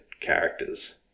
characters